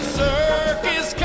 circus